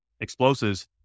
explosives